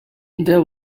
there